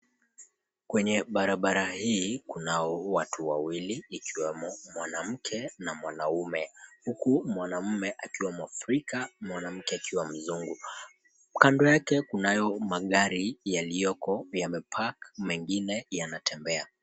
Kwenye barabara hii kunao watu wawili, ikiwemo mwanamke na mwanaume. Huku mwanamume akiwa mwafrika, mwanamke akiwa mzungu. Kando yake kunayo magari yaliyoko yamepark ,mengine yanatembea.